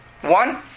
One